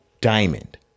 Diamond